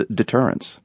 deterrence